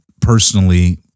personally